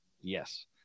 yes